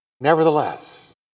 Nevertheless